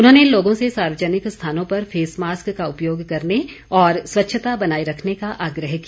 उन्होंने लोगों से सार्वजनिक स्थानों पर फेस मास्क का उपयोग करने और स्वच्छता बनाए रखने का आग्रह किया